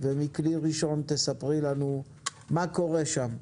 ומכלי ראשון תספרי לנו מה קורה שם.